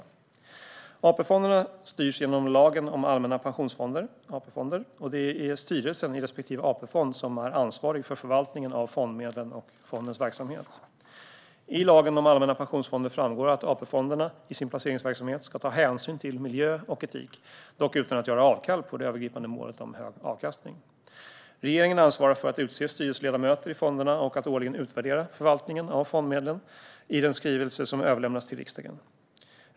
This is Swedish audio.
I lagen om allmänna pensionsfonder framgår att AP-fonderna i sin placeringsverksamhet ska ta hänsyn till miljö och etik, dock utan att göra avkall på det övergripande målet om hög avkastning. Regeringen ansvarar för att utse styrelseledamöter i fonderna och att årligen utvärdera förvaltningen av fondmedlen i den skrivelse som överlämnas till riksdagen.